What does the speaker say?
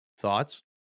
Thoughts